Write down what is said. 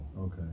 okay